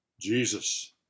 Jesus